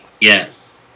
Yes